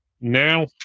now